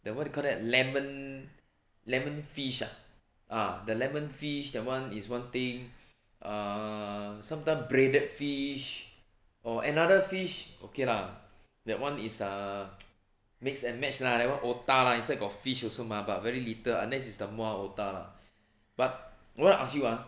the what you do you call that lemon lemon fish ah ah the lemon fish that [one] is one thing uh sometime breaded fish or another fish okay lah that [one] is err mix and match lah that [one] otah lah inside got fish also mah but very little unless it's the muar otah lah but I want to ask you ah